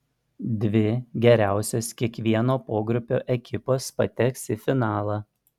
dvi geriausios kiekvieno pogrupio ekipos pateks į finalą